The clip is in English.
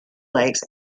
lakes